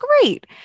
great